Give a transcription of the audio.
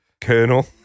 Colonel